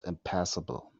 impassable